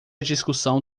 discussão